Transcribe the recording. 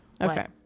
okay